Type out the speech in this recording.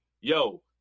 yo